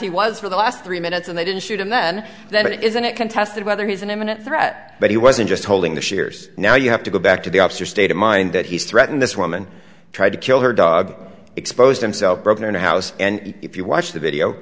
he was for the last three minutes and they didn't shoot him then then isn't it contested whether he's an imminent threat but he wasn't just holding the shares now you have to go back to the officer state of mind that he's threatened this woman tried to kill her dog exposed himself broke her house and if you watch the video